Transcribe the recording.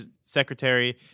secretary